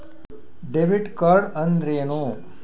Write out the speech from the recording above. Debit card ಅಂದ್ರೇನು?